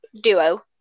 duo